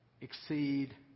exceed